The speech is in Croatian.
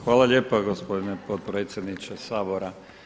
Hvala lijepa gospodine potpredsjedniče Sabora.